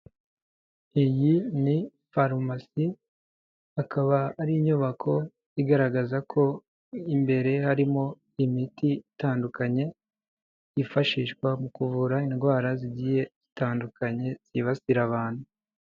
Iyi ni farumasi, akaba ari inyubako igaragaza ko imbere harimo imiti itandukanye, yifashishwa mu kuvura indwara zigiye zitandukanye, zibasirara abantu.